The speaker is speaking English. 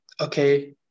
okay